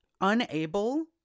unable